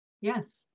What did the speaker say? Yes